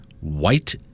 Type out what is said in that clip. white